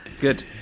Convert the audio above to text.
Good